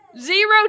Zero